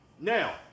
Now